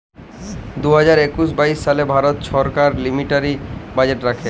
দু হাজার একুশ বাইশ সালে ভারত ছরকার মিলিটারি বাজেট রাখে